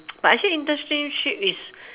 but actually internship is